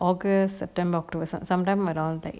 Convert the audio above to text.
august september october some sometime around that